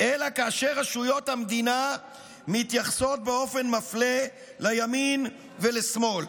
אלא כאשר רשויות המדינה מתייחסות באופן מפלה לימין ולשמאל.